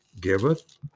giveth